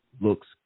looks